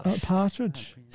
Partridge